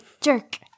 jerk